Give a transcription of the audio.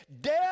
Death